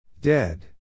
Dead